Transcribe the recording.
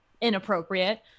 inappropriate